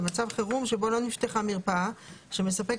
במצב חירום שבו לא נפתחה מרפאה שמספקת